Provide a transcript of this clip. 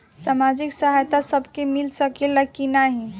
सामाजिक सहायता सबके मिल सकेला की नाहीं?